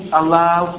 allow